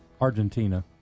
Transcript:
Argentina